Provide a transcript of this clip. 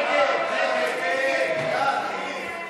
חוק השידור הציבורי הישראלי (תיקון מס'